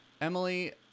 emily